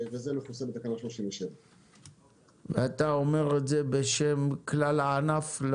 וזה מכוסה בתקנה 37. ואתה אומר את זה בשם כלל הענף,